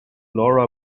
laura